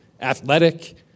athletic